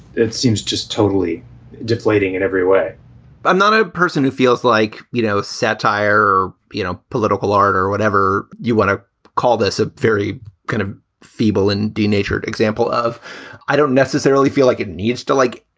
it seems just totally deflating in every way i'm not a person who feels like, you know, satire, you know, political art or whatever. you want to call this a very kind of feeble and denatured example of i don't necessarily feel like it needs to like,